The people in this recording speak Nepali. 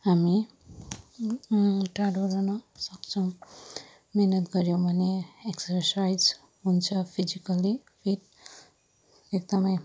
हामी टाढो रहन सक्छौँ मेहनत गर्यौँ भने एक्सर्साइज हुन्छ फिजिकली फिट एकदमै